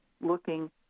looking